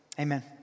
Amen